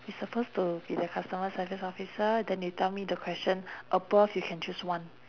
you supposed to be the customer service officer then you tell me the question above you can choose one